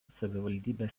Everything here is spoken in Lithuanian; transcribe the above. savivaldybės